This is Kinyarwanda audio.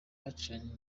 bacanye